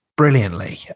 Brilliantly